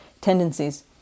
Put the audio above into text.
tendencies